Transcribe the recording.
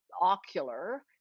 ocular